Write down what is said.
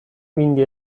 quindi